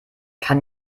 kann